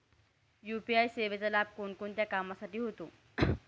UPI सेवेचा लाभ कोणकोणत्या कामासाठी होतो?